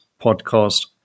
podcast